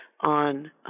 on